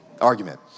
argument